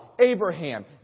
Abraham